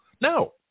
No